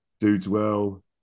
Dudeswell